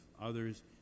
others